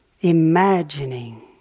imagining